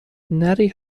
نری